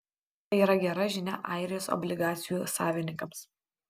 tai yra gera žinia airijos obligacijų savininkams